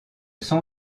son